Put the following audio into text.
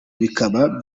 bikaba